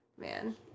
Man